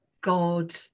god